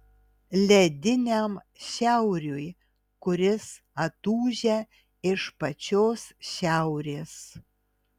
lediniam šiauriui kuris atūžia iš pačios šiaurės